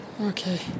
okay